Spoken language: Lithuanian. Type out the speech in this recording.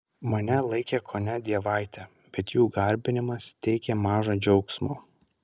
mane laikė kone dievaite bet jų garbinimas teikė maža džiaugsmo